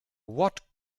what